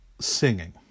singing